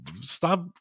stop